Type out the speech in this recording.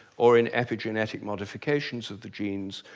or in epigenetic modifications of the genes,